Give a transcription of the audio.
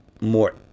more